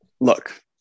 Look